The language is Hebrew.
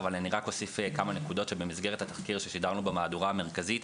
אבל רק אוסף כמה נקודות שבמסגרת התחקיר ששידרנו במהדורה המרכזית,